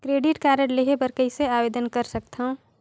Credit card लेहे बर कइसे आवेदन कर सकथव?